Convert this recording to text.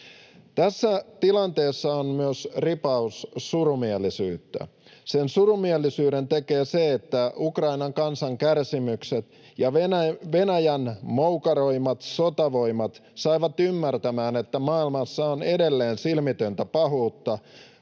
Tässä tilanteessa on myös ripaus surumielisyyttä. Sen surumielisyyden tekee se, että Ukrainan kansan kärsimykset ja Venäjän moukaroimat sotavoimat saivat ymmärtämään, että maailmassa on edelleen silmitöntä pahuutta,